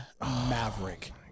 Maverick